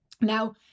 Now